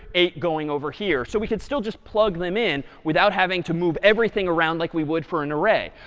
eight going over here. so we could still just plug them in without having to move everything around like we would for an array.